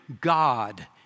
God